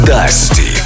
Dusty